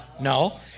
No